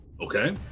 Okay